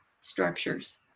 structures